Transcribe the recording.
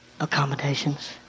accommodations